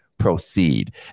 Proceed